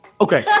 Okay